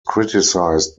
criticised